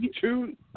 two